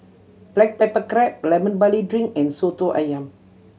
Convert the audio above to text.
black pepper crab Lemon Barley Drink and Soto Ayam